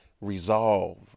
resolve